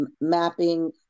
mapping